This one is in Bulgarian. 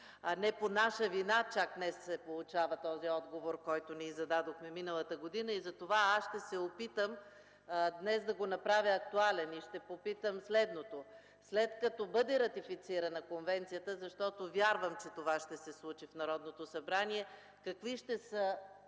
Не по наша вина чак днес се получава този отговор, който ние зададохме миналата година. Затова аз ще се опитам днес да го направя актуален и ще попитам следното: след като бъде ратифицирана конвенцията, защото вярвам, че това ще стане в Народното събрание, какви ще са